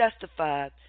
justified